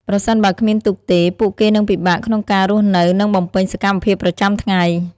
ប្រសិនបើគ្មានទូកទេ ពួកគេនឹងពិបាកក្នុងការរស់នៅនិងបំពេញសកម្មភាពប្រចាំថ្ងៃ។